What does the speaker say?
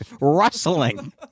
rustling